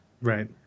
Right